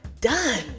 done